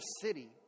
city